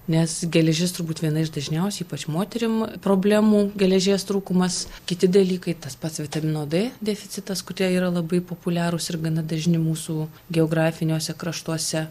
nes geležis turbūt viena iš dažniausiai ypač moterim problemų geležies trūkumas kiti dalykai tas pats vitamino d deficitas kurie yra labai populiarūs ir gana dažni mūsų geografiniuose kraštuose